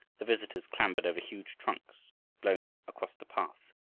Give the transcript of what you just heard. the visitors clambered over huge trunks blown across the path,